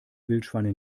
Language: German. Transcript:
wildschweine